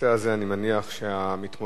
בנושא הזה אני מניח שהמתמודד